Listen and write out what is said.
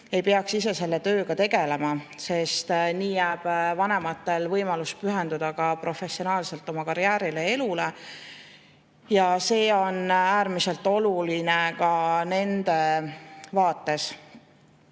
ei peaks ise selle tööga tegelema, sest nii jääks neil võimalus pühenduda professionaalselt oma karjäärile ja elule. See on äärmiselt oluline ka nende vaates.